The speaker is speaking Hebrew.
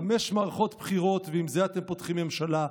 חמש מערכות בחירות, ועם זה אתם פותחים ממשלה.